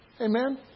Amen